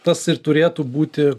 tas ir turėtų būti